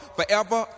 Forever